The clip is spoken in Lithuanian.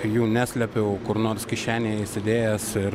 jų neslėpiau kur nors kišenėj įsidėjęs ir